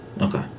Okay